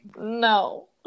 No